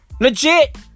Legit